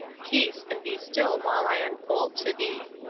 peace, and be still while i unfold to thee.